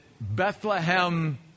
Bethlehem